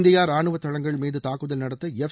India ராணுவ தளங்கள்மீது தாக்குதல் நடத்த எஃப்